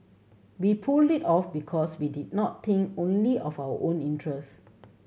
we pulled it off because we did not think only of our own interests